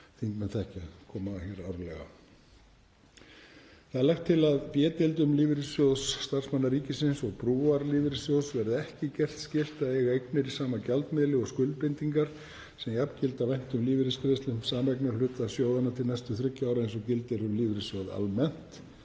þingmenn þekkja, koma hér árlega. Lagt er til að B-deildum Lífeyrissjóðs starfsmanna ríkisins og Brúar lífeyrissjóðs verði ekki gert skylt að eiga eignir í sama gjaldmiðli og skuldbindingar sem jafngilda væntum lífeyrisgreiðslum sameignarhluta sjóðanna til næstu þriggja ára eins og gildir um lífeyrissjóði almennt.